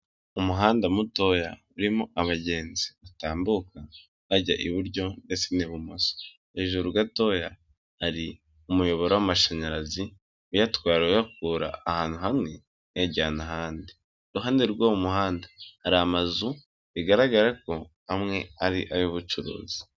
Umuhanda mutoya urimo abagenzi batambuka bajya iburyo ndetse n'ibumoso, hejuru gatoya hari umuyoboro w'amashanyarazi uyatwara uyakura ahantu hamwe uyajyana ahandi, iruhande rw'uwo muhanda hari amazu bigaragara ko amwe ari ay'ubucuruzi.